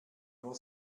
nur